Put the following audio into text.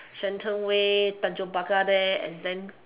shenton way tanjong-pagar there and then